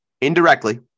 Indirectly